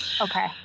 Okay